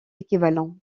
équivalent